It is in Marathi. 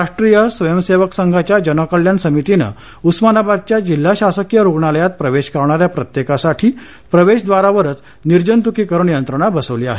राष्ट्रीय स्वयंसेवक संघाच्या जनकल्याण समितीनं उस्मानाबादच्या जिल्हा शासकीय रुग्णालयात प्रवेश करणाऱ्या प्रत्येकासाठी प्रवेशद्वारावरच निर्जंतुकीकरण यंत्रणा बसवली आहे